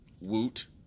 Woot